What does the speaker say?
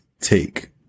Take